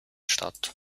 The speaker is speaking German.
statt